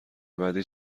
بعدی